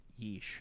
Yeesh